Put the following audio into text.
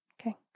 Okay